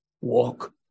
Walk